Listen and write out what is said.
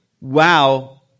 wow